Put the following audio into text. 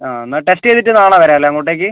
അ എന്നാൽ ടെസ്റ്റ് ചെയ്തിട്ട് നാളെ വരാമല്ലെ അങ്ങോട്ടേക്ക്